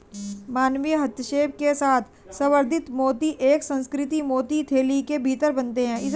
मानवीय हस्तक्षेप के साथ संवर्धित मोती एक सुसंस्कृत मोती थैली के भीतर बनते हैं